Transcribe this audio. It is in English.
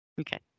Okay